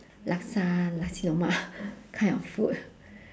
laksa nasi lemak kind of food